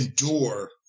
endure